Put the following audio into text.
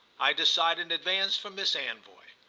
i decide in advance for miss anvoy.